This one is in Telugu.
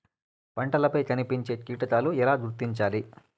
పంటలపై కనిపించే కీటకాలు ఎలా గుర్తించాలి?